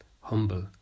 humble